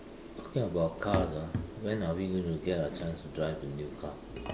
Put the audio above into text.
talking about cars ah when are we going get a chance to drive the new car